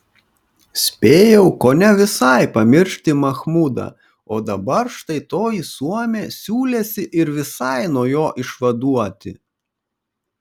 spėjau kone visai pamiršti machmudą o dabar štai toji suomė siūlėsi ir visai nuo jo išvaduoti